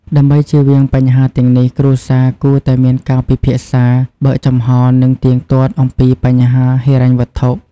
ដើម្បីជៀសវាងបញ្ហាទាំងនេះ គ្រួសារគួរតែមានការពិភាក្សា បើកចំហរ និងទៀងទាត់ អំពីបញ្ហាហិរញ្ញវត្ថុ។